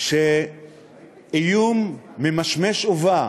שאיום ממשמש ובא